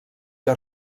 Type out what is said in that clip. que